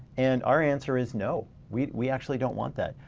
and our answer is no. we we actually don't want that.